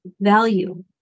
value